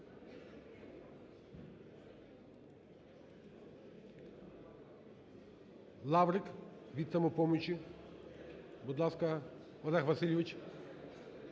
Лаврик – від "Самопомочі". Будь ласка, Олег Васильович.